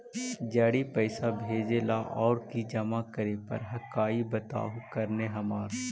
जड़ी पैसा भेजे ला और की जमा करे पर हक्काई बताहु करने हमारा?